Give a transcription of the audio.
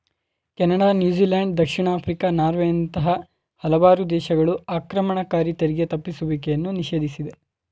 Canada, New Zealand, ದಕ್ಷಿಣ Africa, ನಾರ್ವೆಯಂತ ಹಲವಾರು ದೇಶಗಳು ಆಕ್ರಮಣಕಾರಿ ತೆರಿಗೆ ತಪ್ಪಿಸುವಿಕೆಯನ್ನು ನಿಷೇಧಿಸಿದೆ